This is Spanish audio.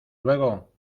luego